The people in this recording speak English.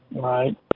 Right